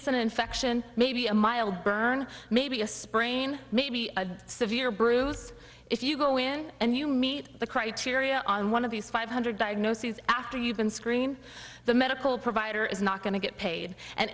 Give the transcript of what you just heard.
it's an infection maybe a mild burn maybe a sprain maybe a severe bruce if you go in and you meet the criteria on one of these five hundred diagnoses after you've been screened the medical provider is not going to get paid and